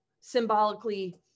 symbolically